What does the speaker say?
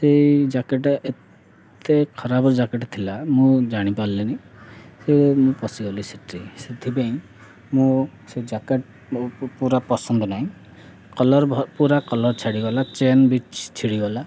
ସେଇ ଜ୍ୟାକେଟ୍ଟା ଏତେ ଖରାପ ଜ୍ୟାକେଟ୍ ଥିଲା ମୁଁ ଜାଣିପାରିଲିନି ସେ ମୁଁ ପଶିଗଲି ସେଥିି ସେଥିପାଇଁ ମୁଁ ସେ ଜ୍ୟାକେଟ୍ ପୁରା ପସନ୍ଦ ନାହିଁ କଲର୍ ପୁରା କଲର୍ ଛାଡ଼ିଗଲା ଚେନ୍ ବି ଛିଡ଼ିଗଲା